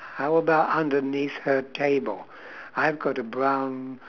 how about underneath her table I've got a brown